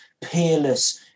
peerless